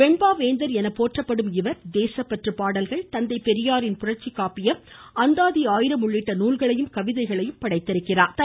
வெண்பா வேந்தர் என போற்றப்படும் இவர் தேசப்பற்று பாடல்கள் தந்தை பெரியாரின் புரட்சி காப்பியம் அந்தாதி ஆயிரம் உள்ளிட்ட நூல்களையும் கவிதைகளையும் படைத்துள்ளா்